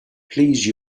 please